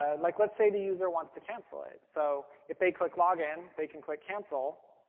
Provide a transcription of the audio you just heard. ah like let's say the user wants to cancel it. so if they click login they can click cancel.